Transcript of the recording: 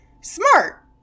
smart